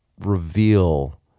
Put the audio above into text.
reveal